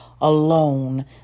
alone